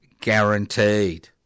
guaranteed